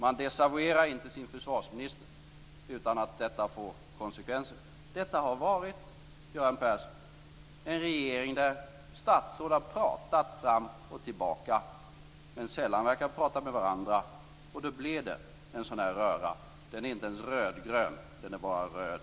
Man desavouerar inte sin försvarsminister utan att detta får konsekvenser. Detta har varit, Göran Persson, en regering där statsråd har pratat fram och tillbaka men sällan har verkat prata med varandra, och då blir det en sådan här röra. Den är inte ens rödgrön. Den är bara röd.